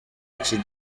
iki